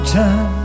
time